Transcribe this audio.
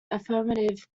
affirmative